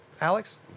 Alex